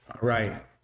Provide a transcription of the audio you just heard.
Right